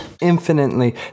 Infinitely